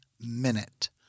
minute